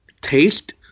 taste